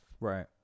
Right